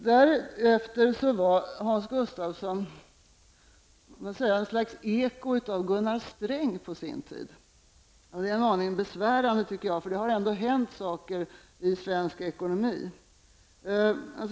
Därefter var Hans Gustafsson något slags eko av Gunnar Sträng på sin tid. Det är en aning bevärande, tycker jag. Det har ändå hänt saker i svensk ekonomi.